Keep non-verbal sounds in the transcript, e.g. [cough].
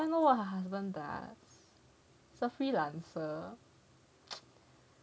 so I know what her husband does he is a freelancer [noise]